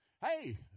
hey